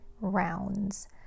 rounds